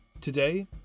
Today